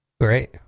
great